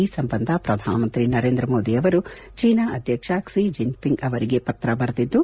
ಈ ಸಂಬಂಧ ಪ್ರಧಾನಮಂತ್ರಿ ನರೇಂದ್ರಮೋದಿ ಅವರು ಚೀನಾ ಅಧ್ಯಕ್ಷ ಕ್ಷಿ ಜಿನ್ಪಿಂಗ್ ಅವರಿಗೆ ಪತ್ರ ಬರೆದಿದ್ದು